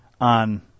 on